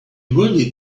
really